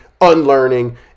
unlearning